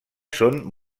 són